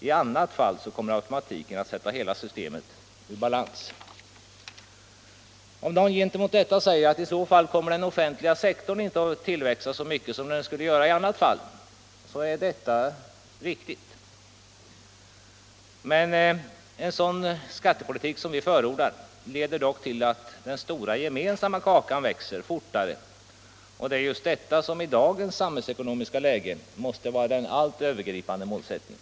I annat fall kommer automatiken att sätta hela systemet ur balans. Om någon gentemot detta säger att i så fall kommer den offentliga sektorn inte att tillväxa så mycket som annars skulle vara möjligt, är detta rätt. En sådan skattepolitik som vi förordar leder dock till att den stora gemensamma kakan växer fortare, och det är just detta som i dagens samhällsekonomiska läge måste vara den allt övergripande målsättningen.